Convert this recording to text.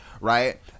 right